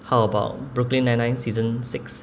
how about brooklyn nine nine season six